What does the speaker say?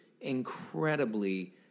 incredibly